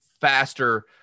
faster